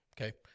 okay